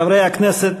חברי הכנסת,